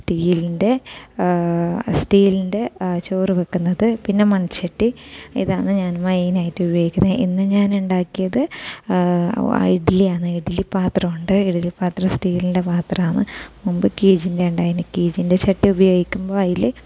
സ്റ്റീലിൻ്റെ സ്റ്റീലിൻ്റെ ചോറ് വയ്ക്കുന്നത് പിന്നെ മൺചട്ടി ഇതാണ് ഞാൻ മെയിൻ ആയിട്ടും ഉപയോഗിക്കുന്നത് ഇന്ന് ഞാൻ ഉണ്ടാക്കിയത് ഇഡ്ഡലിയാണ് ഇഡലി പാത്രം ഉണ്ട് ഇഡലി പാത്രം സ്റ്റീലിൻ്റെ പാത്രമാണ് മുൻപ് കീചിൻ്റെ ഉണ്ടായിരുന്ന് കീചിൻ്റെ ചട്ടി ഉപയോഗിക്കുമ്പം അതിൽ